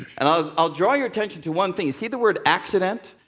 and i'll i'll draw your attention to one thing. you see the word accident?